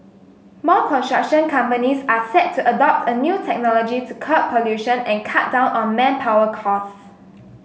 more construction companies are set to adopt a new technology to curb pollution and cut down on manpower costs